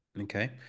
okay